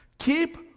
Keep